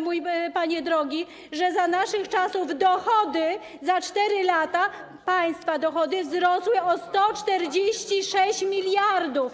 mój panie drogi, że za naszych czasów dochody za 4 lata, państwa dochody, wzrosły o 146 mld.